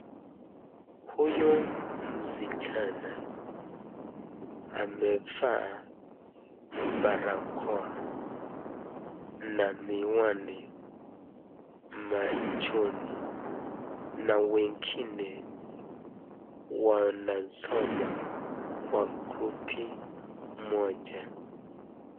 Huyu msichana amevaa barakoa na miwani machoni na wengine wanasoma kwa grupi moja.